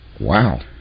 Wow